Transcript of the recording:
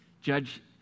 Judge